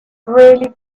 really